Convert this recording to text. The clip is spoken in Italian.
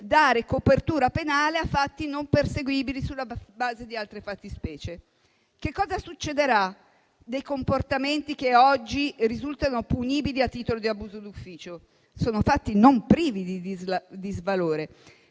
dare copertura penale a fatti non perseguibili sulla base di altre fattispecie. Che cosa succederà dei comportamenti che oggi risultano punibili a titolo di abuso d'ufficio? Sono fatti non privi di disvalore.